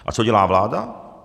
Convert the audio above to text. A co dělá vláda?